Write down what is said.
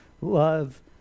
love